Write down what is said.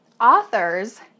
Authors